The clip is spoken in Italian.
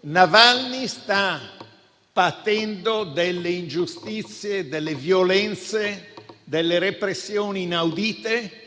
Navalny sta patendo delle ingiustizie, delle violenze, delle repressioni inaudite